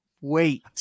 wait